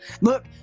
Look